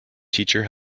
teacher